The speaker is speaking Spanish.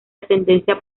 ascendencia